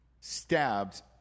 stabbed